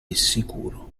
sicuro